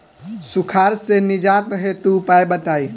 सुखार से निजात हेतु उपाय बताई?